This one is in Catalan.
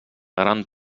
gran